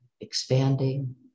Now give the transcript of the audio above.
expanding